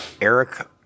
Eric